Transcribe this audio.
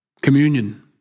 Communion